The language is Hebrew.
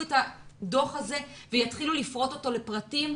את הדוח הזה ויתחילו לפרוט אותו לפרטים.